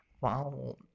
Wow